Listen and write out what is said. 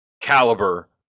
caliber